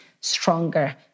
stronger